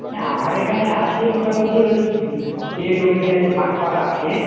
হ্যাঁ আমার এখানে আছে মোটামুটি ওই ডেট অনুযায়ী ভাগ করা আছে